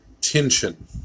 tension